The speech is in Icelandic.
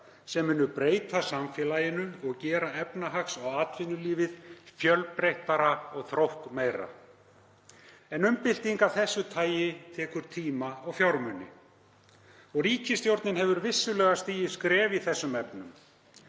sem munu breyta samfélaginu og gera efnahags- og atvinnulífið fjölbreyttara og þróttmeira. Umbylting af þessu tagi tekur tíma og fjármuni. Ríkisstjórnin hefur vissulega stigið skref í þessum efnum.